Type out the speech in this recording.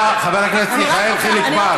תודה, חבר הכנסת יחיאל חיליק בר.